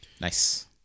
Nice